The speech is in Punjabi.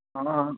ਹਾਂ